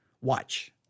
Watch